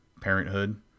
parenthood